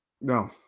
No